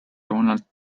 donald